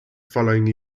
following